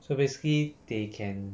so basically they can